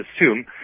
assume